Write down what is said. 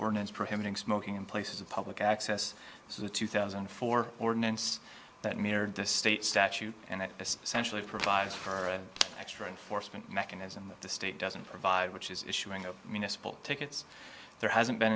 ordinance prohibiting smoking in places of public access so the two thousand and four ordinance that mirrored the state statute and especially provides for extra enforcement mechanism that the state doesn't provide which is issuing a municipal tickets there hasn't been